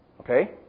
Okay